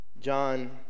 John